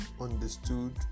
understood